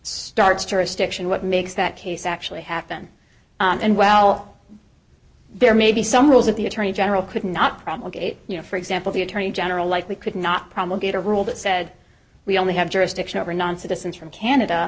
starts jurisdiction what makes that case actually happen and well there may be some rules that the attorney general could not promulgated you know for example the attorney general likely could not promulgated a rule that said we only have jurisdiction over non citizens from canada